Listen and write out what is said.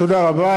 תודה רבה.